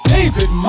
David